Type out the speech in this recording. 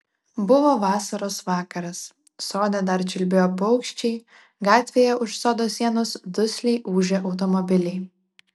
buvo vasaros vakaras sode dar čiulbėjo paukščiai gatvėje už sodo sienos dusliai ūžė automobiliai